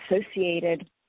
associated